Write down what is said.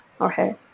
okay